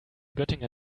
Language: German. göttingen